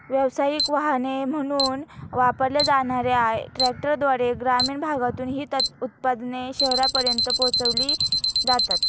व्यावसायिक वाहने म्हणून वापरल्या जाणार्या ट्रकद्वारे ग्रामीण भागातून ही उत्पादने शहरांपर्यंत पोहोचविली जातात